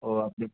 ஓ அப்படி